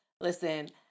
Listen